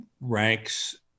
ranks